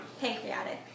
Pancreatic